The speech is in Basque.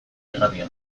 irratia